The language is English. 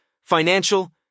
financial